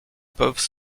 peuvent